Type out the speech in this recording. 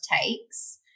takes